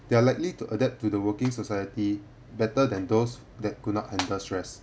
they are likely to adapt to the working society better than those that could not handle stress